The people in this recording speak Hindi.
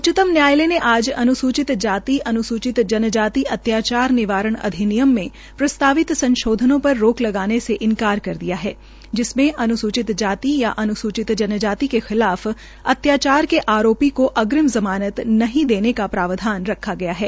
उच्चतम न्यायालय ने आज अनुसूचित जाति अनुसूचित जनजाति अत्याचार निवारण अधिनियम में प्रस्तवित संशोधनों पर रोक लगाने से इन्कार कर दिया है जिसमें अन्सूचित जाति या अन्सूचित जनजाति के खिलाफ अत्याचार के आरोपी को अग्रिम ज़मानत नहीं देने का प्रावधान रखा गया है